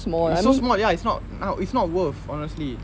it's so small ya it's not it's not worth honestly